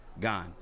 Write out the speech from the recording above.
gone